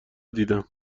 دیدم